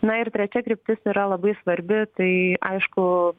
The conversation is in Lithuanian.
na ir trečia kryptis yra labai svarbi tai aišku